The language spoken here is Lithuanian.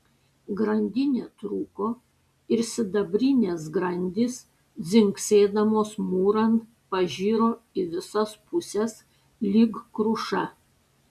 grandinė trūko ir sidabrinės grandys dzingsėdamos mūran pažiro į visas puses lyg kruša